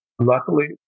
Luckily